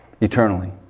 Eternally